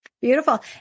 Beautiful